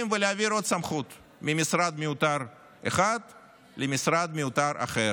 ולהעביר עוד סמכות ממשרד מיותר אחד למשרד מיותר אחר,